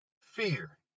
fear